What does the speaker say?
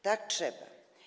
Tak trzeba.